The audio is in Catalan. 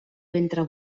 ventre